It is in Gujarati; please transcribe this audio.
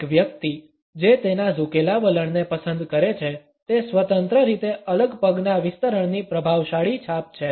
એક વ્યક્તિ જે તેના ઝુકેલા વલણને પસંદ કરે છે તે સ્વતંત્ર રીતે અલગ પગના વિસ્તરણની પ્રભાવશાળી છાપ છે